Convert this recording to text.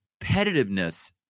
competitiveness